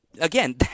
Again